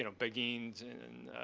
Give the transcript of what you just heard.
you know beguines in